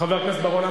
חבר הכנסת בר-און,